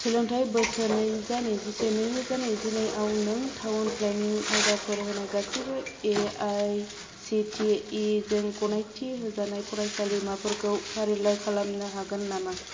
सोलोंथाइयारि बोसोर नैरोजा नैजिसे नैरोजा नैजिनैआव नों टाउन प्लेनिंआव आयदाफोर होनाय गासिबो A I C T E जों गनायथि होजानाय फरायसालिमाफोरखौ फारिलाइ खालामनो हागोन नामा